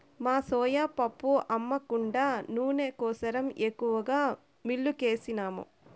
మా సోయా పప్పు అమ్మ కుండా నూనె కోసరం ఎక్కువగా మిల్లుకేసినాము